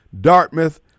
Dartmouth